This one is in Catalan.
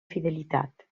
fidelitat